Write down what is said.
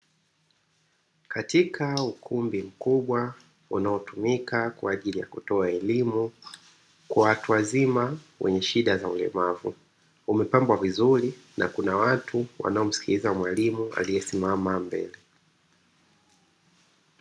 Katika ukumbi mkubwa unaotumika kwaajili ya kutoa elimu kwa watu wazima wenye shida za ulemavu, umepambwa vizuri na kuna watu wanaomsikiliza mwalimu aliyesimama mbele.